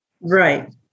Right